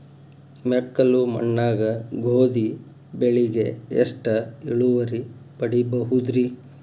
ಮೆಕ್ಕಲು ಮಣ್ಣಾಗ ಗೋಧಿ ಬೆಳಿಗೆ ಎಷ್ಟ ಇಳುವರಿ ಪಡಿಬಹುದ್ರಿ?